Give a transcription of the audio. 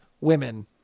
women